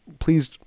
please